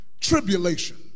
tribulation